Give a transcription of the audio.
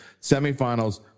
semifinals